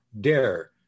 dare